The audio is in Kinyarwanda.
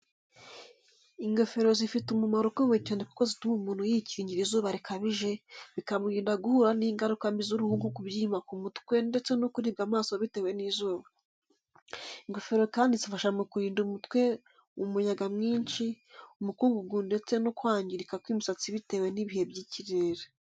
Ingofero zifite umumaro ukomeye cyane kuko zituma umuntu yikingira izuba rikabije, bikamurinda guhura n’ingaruka mbi z’uruhu nko kubyimba k’umutwe ndetse no kuribwa amaso bitewe n'izuba. Ingofero kandi zifasha mu kurinda umutwe umuyaga mwinshi, umukungugu, ndetse no kwangirika kw’imisatsi bitewe n’ibihe by’ikirere.